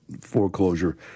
foreclosure